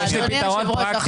אדוני היושב-ראש,